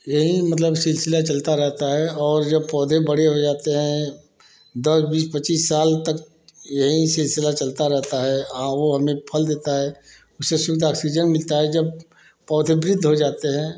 यही मतलब सिलसिला चलता रहता है और जब पौधे बड़े हो जाते हैं दस बीस पचीस साल तक यही सिलसिला चलता रहता है वो हमें फल देता है उससे शुद्ध ऑक्सीजन मिलता है जब पौधे वृद्ध हो जाते हैं